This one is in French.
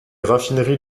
raffineries